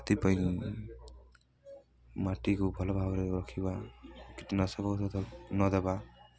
ସେଥିପାଇଁ ମାଟିକୁ ଭଲ ଭାବରେ ରଖିବା କୀଟନାଶକ ଔଷଧ ନଦବା